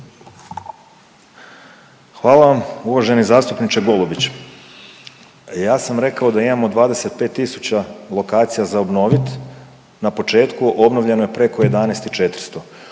Hvala vam. Uvaženi zastupniče Golubić, ja sam rekao da imamo 25000 lokacija za obnoviti na početku obnovljeno je preko 11 i 400.